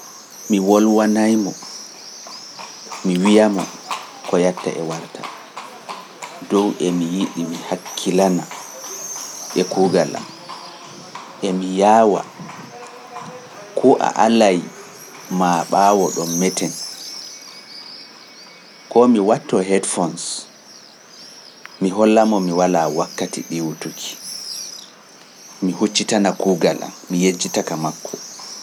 Mi wolwanay mo, mi wiya mo ko yatta e warta, dow e mi yiɗi mi hakkilana e kuugal am, e mi yaawa ko a alai maa ɓaawo ɗo meten. Koo mi wattoo headphones, mi holla mo mi walaa wakkati ɗiwutuki, mi huccitana kuugal am, mi yejjita ka makko.